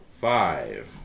Five